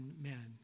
men